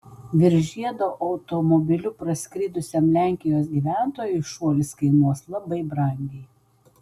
virš žiedo automobiliu praskridusiam lenkijos gyventojui šuolis kainuos labai brangiai